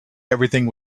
everything